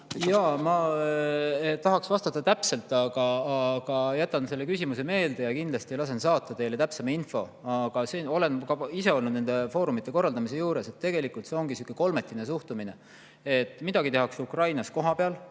Jaa, ma tahaks vastata täpselt, aga jätan selle küsimuse meelde ja kindlasti lasen saata teile täpsema info. Olen ka ise olnud nende foorumite korraldamise juures. Tegelikult ongi sihuke kolmetine suhtumine. Midagi tehakse Ukrainas kohapeal,